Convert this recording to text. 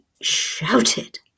shouted